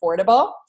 affordable